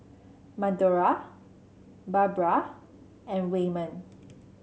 Madora Barbra and Waymon